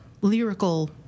lyrical